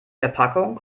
verpackung